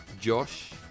Josh